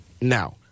Now